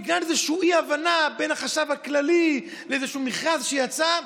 בגלל איזו אי-הבנה עם החשב הכללי באיזה מכרז שיצא,